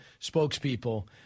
spokespeople